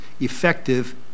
effective